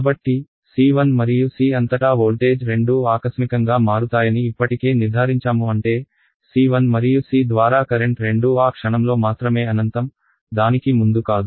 కాబట్టి C1 మరియు C అంతటా వోల్టేజ్ రెండూ ఆకస్మికంగా మారుతాయని ఇప్పటికే నిర్ధారించాము అంటే C1 మరియు C ద్వారా కరెంట్ రెండూ ఆ క్షణంలో మాత్రమే అనంతం దానికి ముందు కాదు